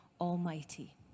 Almighty